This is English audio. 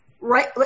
Right